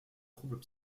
troubles